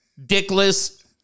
dickless